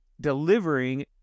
delivering